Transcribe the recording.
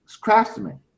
craftsmen